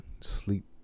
sleep